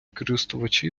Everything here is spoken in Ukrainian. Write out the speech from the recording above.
користувачі